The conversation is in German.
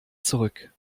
zurück